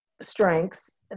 strengths